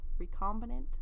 recombinant